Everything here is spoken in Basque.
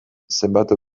zenbatu